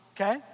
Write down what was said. Okay